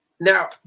Now